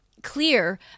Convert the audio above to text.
clear